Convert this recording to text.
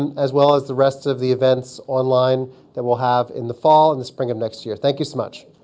and as well as the rest of the events online that we'll have in the fall and the spring of next year. thank you so much.